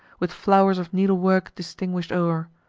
with flowers of needlework distinguish'd o'er,